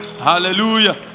Hallelujah